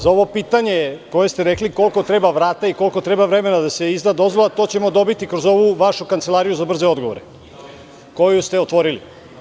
Za ovo pitanje koje ste rekli – koliko treba vrata i koliko treba vremena da se izda dozvola, to ćemo dobiti kroz ovu vašu Kancelariju za brze odgovore, koju ste otvorili.